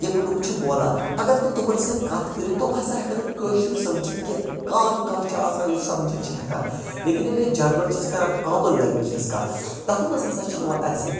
یِم لُکھ چھِ بولان اگر تُہۍ تِمَن سۭتۍ کَتھ کٔرِو تِم ہَسا ہیٚکَن نہٕ کٲشُر سَمجِتھ کیٚنٛہہ خال کانہہ چھُ آسان یُس سَمجِتھ چھُ ہیکان لیکِن ییٚلہِ أسۍ جَنرَل چھِ أسۍ کَران کامَن لینگویٚج ہٕنٛز کَتھ تَتھ مَنٛز ہَسا چھِ یِوان اَسہِ